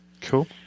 Cool